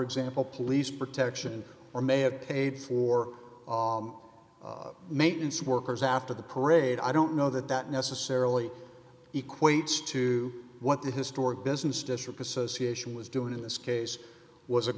example police protection or may have paid for maintenance workers after the parade i don't know that that necessarily equates to what the historic business district association was doing in this case was